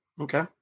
Okay